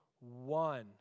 one